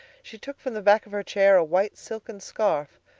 she took from the back of her chair a white silken scarf,